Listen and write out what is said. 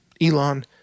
Elon